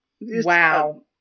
Wow